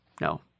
no